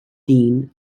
dean